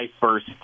first